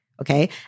Okay